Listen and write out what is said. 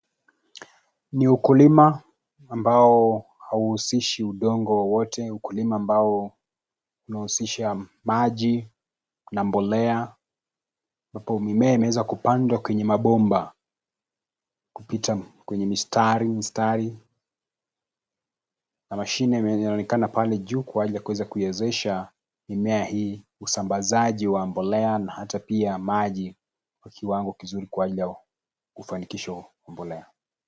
Ni ukulima ambao hauhusishi udongo wowote, ukulima ambao unahusisha maji na mbolea. Ambapo mimea imeweza kupandwa kwa mabomba, kupitia kwenye mistari mistari. Kuna mashine yenye inaonekana pale juu kwa ajili ya kuwezesha mimea hii, usambazaji wa mbolea na hata pia maji kwa kiwango kizuri kwa ajili ya ufanikisho wa mbolea.